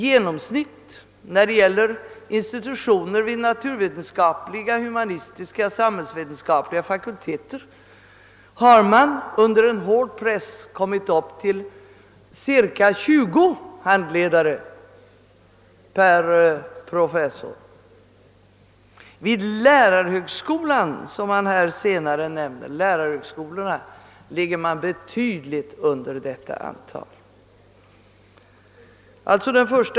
Vid de naturvetenskapliga, humanistiska och samhällsvetenskapliga fakulteterna har man under hård press kommit upp till cirka 20 handledare per professor. Vid lärarhögskolorna, som har nämnts här, ligger man betydligt under detta antal.